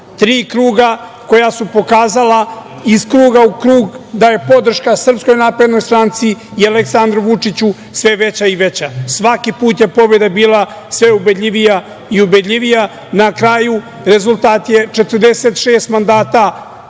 kruga koja su pokazala iz kruga u krug da je podrška SNS i Aleksandru Vučiću sve veća i veća, svaki put je pobeda bila sve ubedljivija i ubedljivija. Na kraju, rezultat je 46 mandata